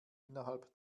innerhalb